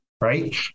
right